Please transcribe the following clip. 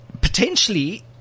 potentially